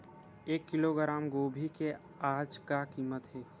एक किलोग्राम गोभी के आज का कीमत हे?